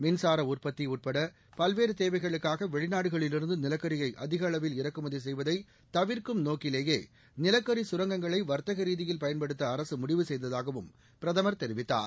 மின்சார உற்பத்தி உட்பட பல்வேறு தேவைகளுக்காக வெளிநாடுகளிலிருந்து நிலக்கரியை அதிக அளவில் இறக்குமதி செய்வதை தவிரக்கும் நோக்கிலேயே நிலக்கரி கரங்கங்களை வர்த்தக ரீதியில் பயன்படுத்த அரசு முடிவு செய்ததாகவும் பிரதமர் தெரிவித்தார்